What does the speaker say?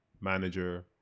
manager